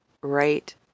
right